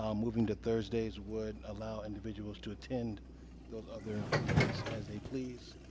um moving to thursdays would allow individuals to attend those other meetings as they please.